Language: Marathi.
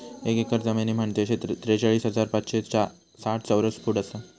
एक एकर जमीन म्हंजे त्रेचाळीस हजार पाचशे साठ चौरस फूट आसा